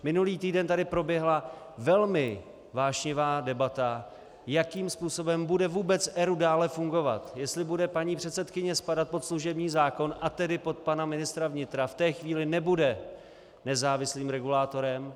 Minulý týden tady proběhla velmi vášnivá debata, jakým způsobem bude vůbec ERÚ dále fungovat, jestli bude paní předsedkyně spadat pod služební zákon, a tedy pod pana ministra vnitra, a v té chvíli nebude nezávislým regulátorem.